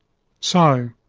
so,